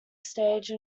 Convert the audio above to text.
stage